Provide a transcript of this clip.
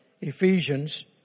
Ephesians